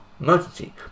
emergency